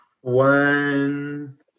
One